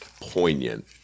poignant